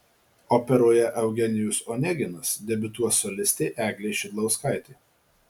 operoje eugenijus oneginas debiutuos solistė eglė šidlauskaitė